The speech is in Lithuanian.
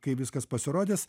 kai viskas pasirodys